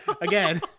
Again